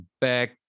back